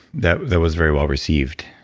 that that was very well-received,